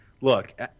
Look